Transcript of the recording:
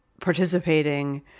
participating